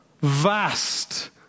vast